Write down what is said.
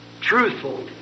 truthful